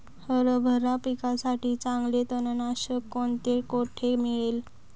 हरभरा पिकासाठी चांगले तणनाशक कोणते, कोठे मिळेल?